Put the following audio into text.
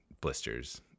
blisters